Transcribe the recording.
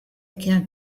can